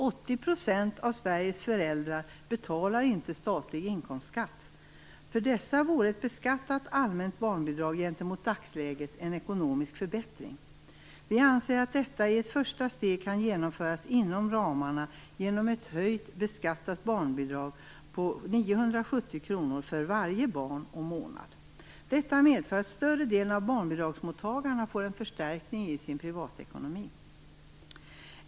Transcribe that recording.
80 % av Sveriges föräldrar betalar inte statlig inkomstskatt. För dessa vore ett beskattat allmänt barnbidrag en ekonomisk förbättring gentemot dagsläget. Miljöpartiet anser att detta i ett första steg kan genomföras inom ramarna för ett höjt beskattat barnbidrag på 970 kr för varje barn och månad. Detta medför att större delen av barnbidragsmottagarna får en förstärkning av sin privatekonomi.